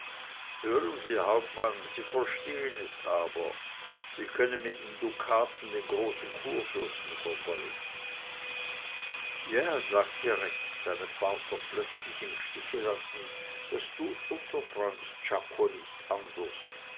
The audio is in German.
hören sie hauptmann sie verstehn es aber sie können mit nem dukaten den großen kurfürsten vergolden ja sagte rex seinen partner plötzlich im stiche lassend das tut unser freund czako nicht anders